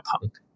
punk